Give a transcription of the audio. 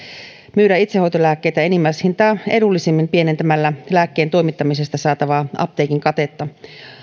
myydä itsehoitolääkkeitä enimmäishintaa edullisemmin pienentämällä lääkkeen toimittamisesta saatavaa apteekin katetta